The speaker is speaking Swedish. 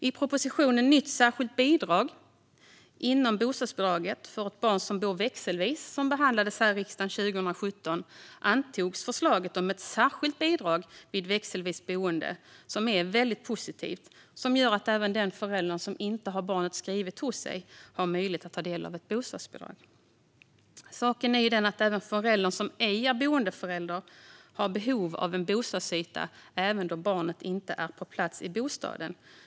I propositionen Nytt särskilt bidrag inom bostadsbidraget för barn som bor växelvis , som behandlades här i riksdagen 2017, antogs förslaget om ett särskilt bidrag vid växelvis boende. Det är väldigt positivt och gör att även den förälder som inte har barnet skrivet hos sig har möjlighet att ta del av ett bostadsbidrag. Saken är den att föräldern som ej är boendeförälder har behov av en bostadsyta även då barnet inte är på plats i bostaden.